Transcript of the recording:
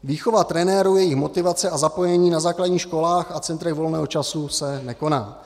Výchova trenérů, jejich motivace a zapojení na základních školách a centrech volného času se nekoná.